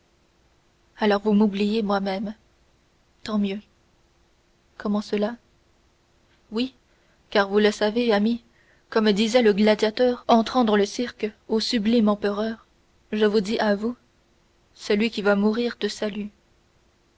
alors vous m'oubliez moi-même tant mieux comment cela oui car vous le savez ami comme disait le gladiateur entrant dans le cirque au sublime empereur je vous dis à vous celui qui va mourir te salue